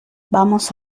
vamos